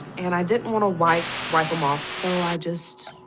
and i didn't wanna wipe wipe them off, so i just.